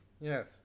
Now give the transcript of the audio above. Yes